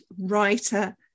writer